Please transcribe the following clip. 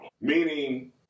meaning